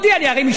אני הרי משתמט.